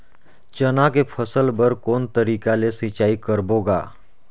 चना के फसल बर कोन तरीका ले सिंचाई करबो गा?